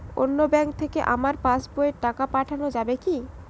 অন্য ব্যাঙ্ক থেকে আমার পাশবইয়ে টাকা পাঠানো যাবে কি?